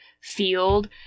field